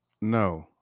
No